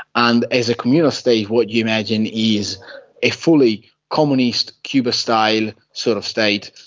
and as a communal state what you imagine is a fully communist cuba-style sort of state,